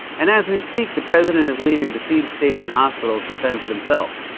and as we speak, the president is leaving besieged states and hospitals to fend for themselves,